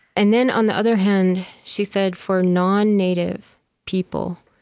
and then, on the other hand, she said for non-native people,